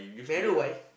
may I know why